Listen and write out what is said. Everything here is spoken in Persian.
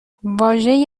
واژه